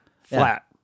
Flat